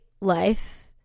life